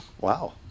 Wow